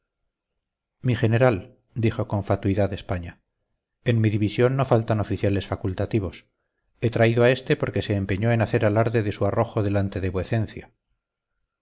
mi general dijo con fatuidad españa en mi división no faltan oficiales facultativos he traído a este porque se empeñó en hacer alarde de su arrojo delante de vuecencia